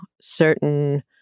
certain